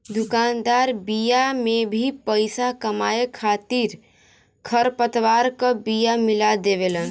दुकानदार बिया में भी पईसा कमाए खातिर खरपतवार क बिया मिला देवेलन